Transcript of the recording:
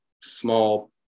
small